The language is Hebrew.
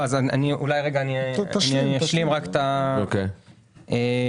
אני אלך רגע מהסוף.